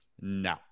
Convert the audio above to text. No